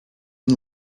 and